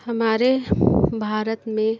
हमारे भारत में